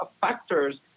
factors